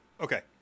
Okay